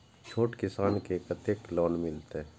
छोट किसान के कतेक लोन मिलते?